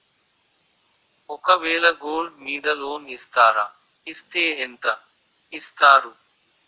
ఒక వేల గోల్డ్ మీద లోన్ ఇస్తారా? ఇస్తే ఎంత ఇస్తారు?